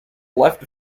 left